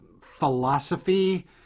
philosophy